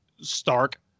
stark